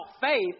faith